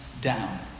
down